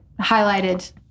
highlighted